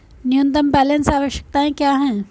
न्यूनतम बैलेंस आवश्यकताएं क्या हैं?